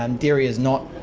um dairy is not,